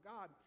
God